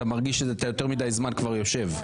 אתה מרגיש שכבר יותר מדי זמן אתה יושב,